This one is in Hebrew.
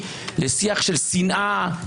לשיח של שנאה,